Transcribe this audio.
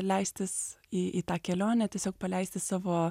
leistis į į tą kelionę tiesiog paleisti savo